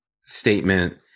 statement